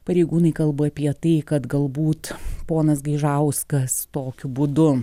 pareigūnai kalbu apie tai kad galbūt ponas gaižauskas tokiu būdu